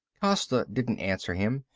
costa didn't answer him.